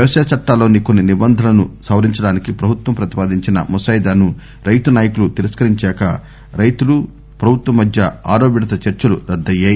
వ్యవసాయ చట్టాల్లోని కొన్ని నిబంధనలను సవరించడానికి ప్రభుత్వం ప్రతిపాదించిన ముసాయిదాను రైతు నాయకులు తిరస్కారిందాక రైతులు ప్రభుత్వం మధ్య ఆరవ విడత చర్చలు రద్దెనాయి